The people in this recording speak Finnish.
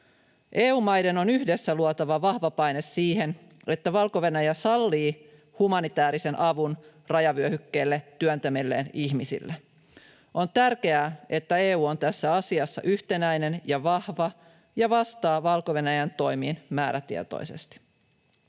EU-maiden on yhdessä luotava vahva paine siihen, että Valko-Venäjä sallii humanitäärisen avun rajavyöhykkeelle työntämilleen ihmisille. On tärkeää, että EU on tässä asiassa yhtenäinen ja vahva ja vastaa Valko-Venäjän toimiin määrätietoisesti.